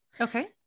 okay